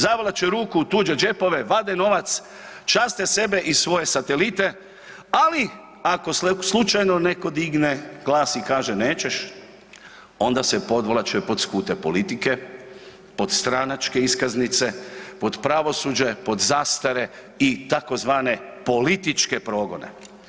Zavlači ruku u tuđe džepove, vade novac, časte sebe i svoje satelite, ali ako slučajno netko digne glas i kaže nećeš, onda se podvlače pod skute politike, pod stranačke iskaznice, pod pravosuđe, pod zastare i tzv. političke progone.